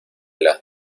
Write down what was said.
las